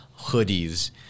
hoodies